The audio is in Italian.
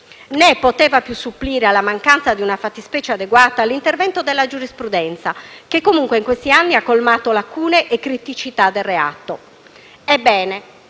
né poteva più supplire alla mancanza di una fattispecie adeguata l'intervento della giurisprudenza, che comunque in questi anni ha colmato lacune e criticità del reato